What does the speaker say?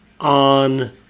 on